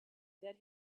that